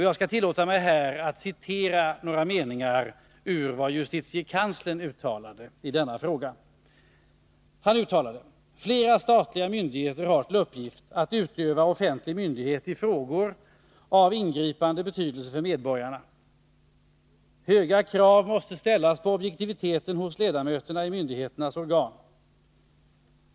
Jag skall tillåta mig att här citera några meningar ur vad justitiekanslern uttalade i denna fråga. Han uttalade: ”Flera statliga myndigheter har till uppgift att utöva offentlig myndighet i frågor av ingripande betydelse för medborgarna. Höga krav måste ställas på objektiviteten hos ledamöterna i myndigheternas organ.